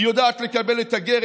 היא יודעת לקבל את הגר,